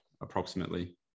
approximately